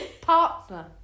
partner